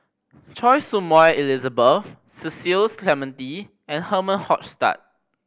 Choy Su Moi Elizabeth Cecil Clementi and Herman Hochstadt